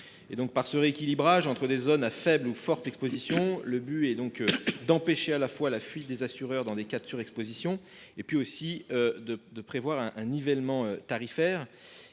Par ce rééquilibrage entre des zones à faible ou forte exposition, le but est à la fois d’empêcher la fuite des assureurs dans les cas de surexposition et de prévoir un nivellement tarifaire.